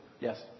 Yes